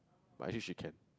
but actually she can